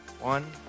One